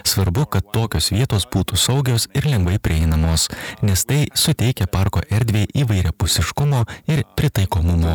svarbu kad tokios vietos būtų saugios ir lengvai prieinamos nes tai suteikia parko erdvei įvairiapusiškumo ir pritaikomumo